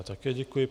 Také děkuji.